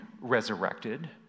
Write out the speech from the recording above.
resurrected